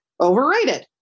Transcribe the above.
overrated